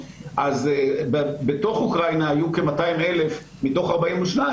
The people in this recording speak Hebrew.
אז בתוך אוקראינה היו כ-200,000 מתוך 42,